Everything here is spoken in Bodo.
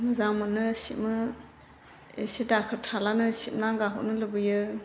मोजां मोनो सिबनो एसे दाखोर थालानो सिबना गाहरनो लुबैयो